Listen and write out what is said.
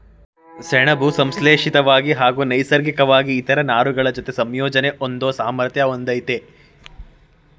ಸೆಣಬು ಸಂಶ್ಲೇಷಿತ್ವಾಗಿ ಹಾಗೂ ನೈಸರ್ಗಿಕ್ವಾಗಿ ಇತರ ನಾರುಗಳಜೊತೆ ಸಂಯೋಜನೆ ಹೊಂದೋ ಸಾಮರ್ಥ್ಯ ಹೊಂದಯ್ತೆ